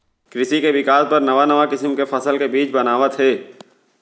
कृसि के बिकास बर नवा नवा किसम के फसल के बीज बनावत हें